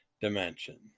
dimension